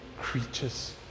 creatures